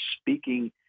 speaking